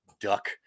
Duck